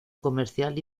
comercial